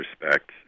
respect